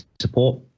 support